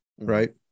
right